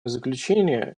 заключение